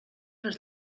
les